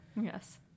Yes